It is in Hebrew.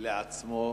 לעצמו,